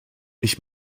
ich